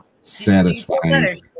satisfying